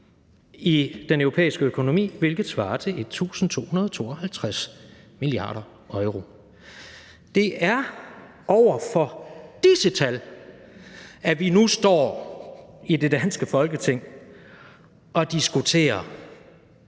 i den europæiske økonomi, hvilket svarer til 1.252 mia. euro. Det er over for disse tal, at vi nu står i det danske Folketing og diskuterer,